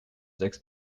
sechs